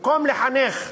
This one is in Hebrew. במקום לחנך,